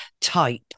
type